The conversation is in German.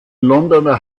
londoner